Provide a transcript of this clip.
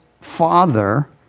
father